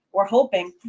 we're hoping.